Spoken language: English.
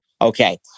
Okay